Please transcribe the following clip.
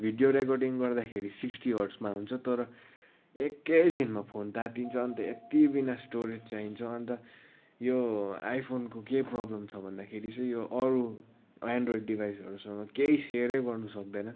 video recording गर्दाखेरि sixty हर्टजमा हुन्छ तर एकैछिनमा फोन तातिन्छ अन्त यति बिना स्टोरेज चाहिन्छ अन्त यो आइफोनको के प्रोब्लम छ भन्दाखेरि चाहिँ यो अरू एन्ड्रोइड डिभाइसहरूसँग केही सेयरै गर्नु सक्दैन